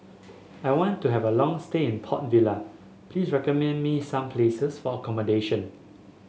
I want to have a long stay in Port Vila please recommend me some places for accommodation